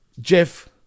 Jeff